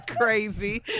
Crazy